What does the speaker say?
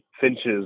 finches